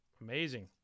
amazing